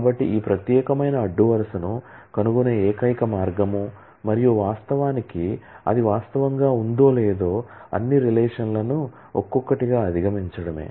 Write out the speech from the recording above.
కాబట్టి ఈ ప్రత్యేకమైన అడ్డు వరుసను కనుగొనే ఏకైక మార్గం మరియు వాస్తవానికి అది వాస్తవంగా ఉందో లేదో అన్ని రిలేషన్లను ఒక్కొక్కటిగా అధిగమించడమే